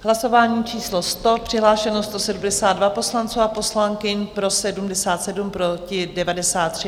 Hlasování číslo 100, přihlášeno 172 poslanců a poslankyň, pro 77, proti 93.